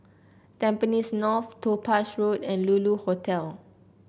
Tampines North Topaz Road and Lulu Hotel